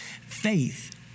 faith